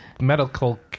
medical